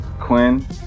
Quinn